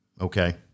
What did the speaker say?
okay